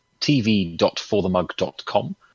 tv.forthemug.com